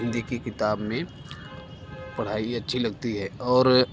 हिन्दी कि किताब में पढ़ाई अच्छी लगती है और